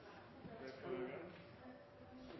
skal